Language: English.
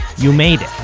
you made